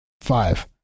five